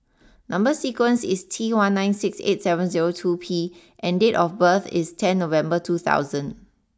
number sequence is T one nine six eight seven zero two P and date of birth is ten November two thousand